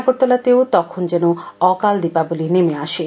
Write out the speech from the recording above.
আগরতলাতেও তখন যেন অকাল দ্বীপাবলি নেমে আসে